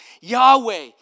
Yahweh